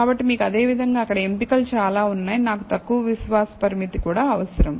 కాబట్టి మీకు అదే విధంగా అక్కడ ఎంపికలు చాలా ఉన్నాయి నాకు తక్కువ విశ్వాస పరిమితి కూడా అవసరం